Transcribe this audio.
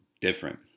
different